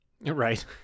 Right